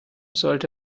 sollte